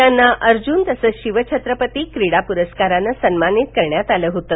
त्यांना अर्जून तसंच शिवछत्रपती क्रीडा प्रस्कारानं सन्मानित करण्यात आलं होतं